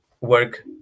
work